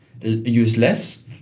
useless